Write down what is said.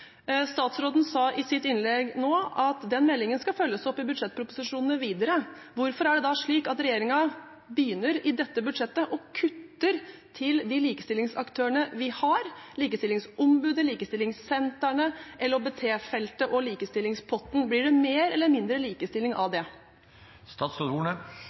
Statsråden sa nå i sitt innlegg at meldingen skal følges opp i budsjettproposisjonene videre. Hvorfor begynner regjeringen i dette budsjettet å kutte i bevilgningene til de likestillingsaktørene vi har – Likestillingsombudet, likestillingssentrene, LHBT-feltet og likestillingspotten? Blir det mer eller mindre likestilling av